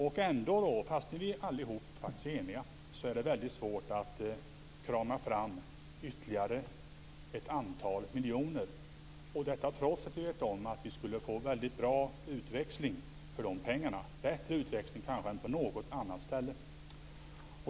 Även om vi alla är eniga är det svårt att krama fram ytterligare ett antal miljoner - detta trots att vi vet att vi skulle få en väldigt bra utväxling för de pengarna, kanske bättre än på något annat ställe.